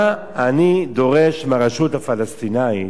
מה אני דורש מהרשות הפלסטינית